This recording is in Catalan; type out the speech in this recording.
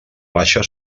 baixa